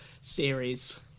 series